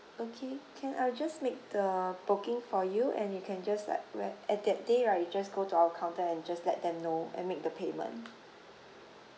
okay can I will just make the booking for you and you can just like where at that day right you just go to our counter and just let them know and make the payment